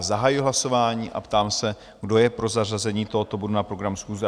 Zahajuji hlasování a ptám se, kdo je pro zařazení tohoto bodu na program schůze?